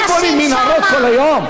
מה הם בונים, מנהרות כל היום?